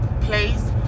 place